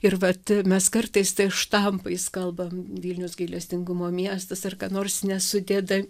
ir vat mes kartais tais štampais kalbam vilnius gailestingumo miestas ar ką nors nesudeda